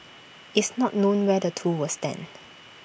it's not known where the two will stand